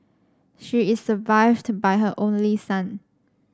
she is survived by her only son